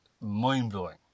mind-blowing